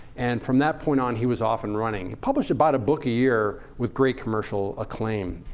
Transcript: and from that point on, he was off and running. he published about a book a year with great commercial acclaim.